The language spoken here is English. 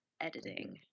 Editing